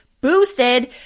boosted